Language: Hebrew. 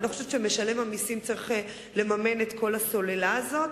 אני לא חושבת שמשלם המסים צריך לממן את כל הסוללה הזאת.